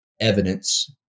evidence